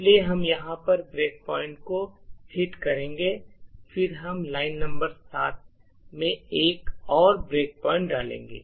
इसलिए हम यहाँ पर ब्रेक पॉइंट को हिट करेंगे और फिर हम लाइन नंबर 7 में एक और ब्रेक पॉइंट डालेंगे